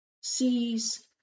sees